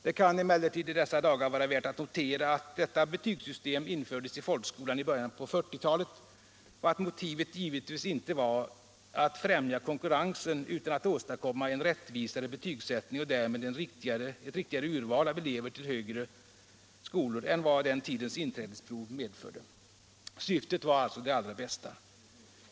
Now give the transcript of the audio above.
Det kan emellertid i dessa dagar vara värt att notera att detta betygssystem infördes i folkskolan redan i början av 1940-talet och att motivet givetvis inte var att främja konkurrensen utan att åstadkomma en rättvisare betygsättning och därmed ett riktigare urval av elever till högre skolor än vad den tidens inträdesprov medförde. Syftet var alltså det allra bästa.